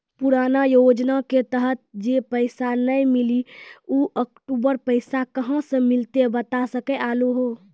पुराना योजना के तहत जे पैसा नै मिलनी ऊ अक्टूबर पैसा कहां से मिलते बता सके आलू हो?